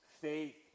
faith